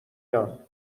یان